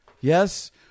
yes